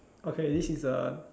okay this is a